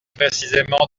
précisément